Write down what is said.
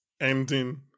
Ending